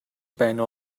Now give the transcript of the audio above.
байна